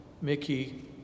Mickey